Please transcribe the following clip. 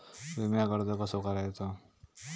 विम्याक अर्ज कसो करायचो?